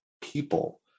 people